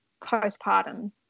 postpartum